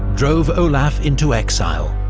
drove olaf into exile.